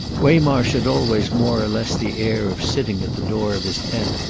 waymarsh had always more or less the air of sitting at the door of his tent,